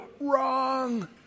wrong